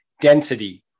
density